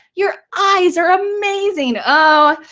your eyes are amazing, oh,